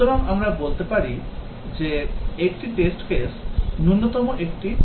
সুতরাং আমরা বলতে পারি যে একটি test case ন্যুনতম একটি triplet